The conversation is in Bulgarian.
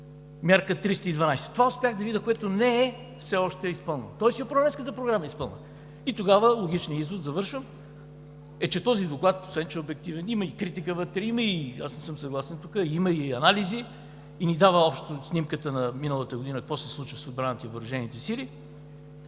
мярка 312. Това успях да видя, което не е все още изпълнено, тоест и Управленската програма е изпълнена. И тогава логичният извод, завършвам, е, че този доклад, освен че е обективен, има и критика вътре, има и анализи, ни дава общата снимка на миналата година какво се случва с отбраната и въоръжените сили,